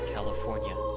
California